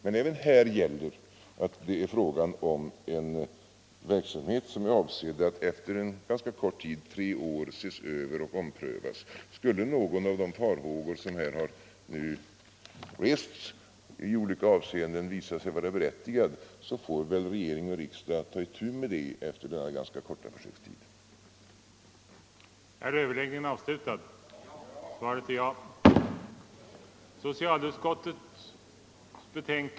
Men även här gäller att det är fråga om en verksamhet som är avsedd att ses över och omprövas efter en ganska kort tid, tre år. Skulle någon av de farhågor som nu rests i olika avseenden visa sig vara berättigad, så får väl regering och riksdag ta itu med det efter denna ganska korta försökstid.